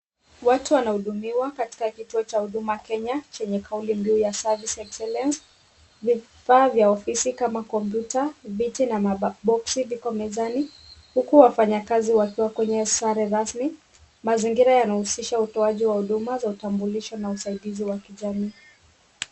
Watu wanahudumiwa katika kituo cha huduma Kenya, yenye kauli ya service excellence . Vifaa vya ofisi kama kompyuta, viti na maboxi viko mezani, huku wafanyakazi wamevalia sare rasmi. Mazingira yanahisisha utoaji wa huduma za utambulisho na usaidizi wa kijamii.